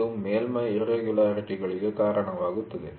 ಇದು ಮೇಲ್ಮೈ ಇರ್ರೆಗುಲರಿಟಿ'ಗಳಿಗೆ ಕಾರಣವಾಗುತ್ತದೆ